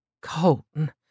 Colton